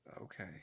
okay